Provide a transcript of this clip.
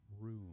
room